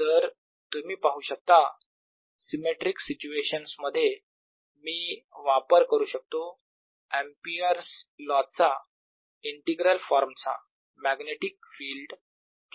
तर तुम्ही पाहू शकता सिमेट्रिक सिच्युएशन्स मध्ये मी वापर करू शकतो एम्पिअर्स लॉ Ampere's law च्या इंटिग्रल फार्मचा मॅग्नेटिक फिल्ड